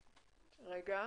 שלום.